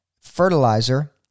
Fertilizer